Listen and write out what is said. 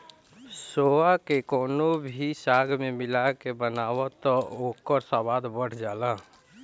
सोआ के कवनो भी साग में मिला के बनाव तअ ओकर स्वाद बढ़ जाला